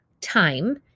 time